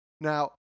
Now